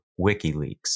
WikiLeaks